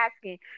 asking